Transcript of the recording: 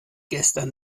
gestern